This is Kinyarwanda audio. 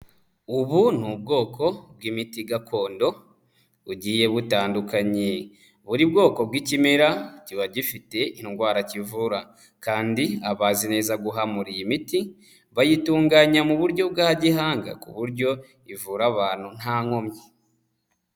Ubu ni ubwoko bw'imiti gakondo bugiye butandukanye, buri bwoko bw'ikimera kiba gifite indwara kivura kandi abazi neza guhamura iyi imiti, bayitunganya mu buryo bwa gihanga ku buryo ivura abantu nta nkomyi.